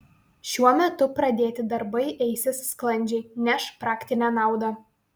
šiuo metu pradėti darbai eisis sklandžiai neš praktinę naudą